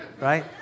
right